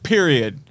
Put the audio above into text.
Period